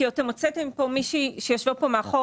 הוצאתם מפה מישהי שישבה מאחורה,